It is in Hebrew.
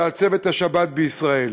לעצב את השבת בישראל.